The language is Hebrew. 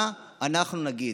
מה אנחנו נגיד?